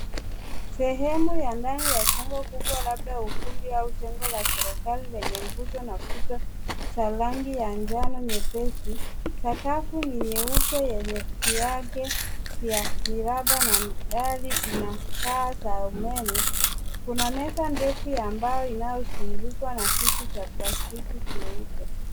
Sehemu ya ndani ya jengo kubwa labda ukumbi au jengo la serikali lenye nguzo na kuta za rangi ya njano nyepesi, sakafu ni nyeupe yenye vigae vya miraba na dari ina taa za umeme. Kuna meza ndefu ya mbao inayozungukwa na viti vya plastiki vyeupe.